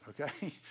okay